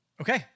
Okay